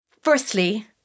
Firstly